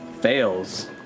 fails